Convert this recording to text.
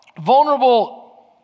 vulnerable